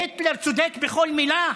היטלר צודק בכל מילה?